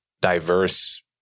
diverse